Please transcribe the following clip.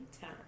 time